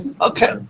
Okay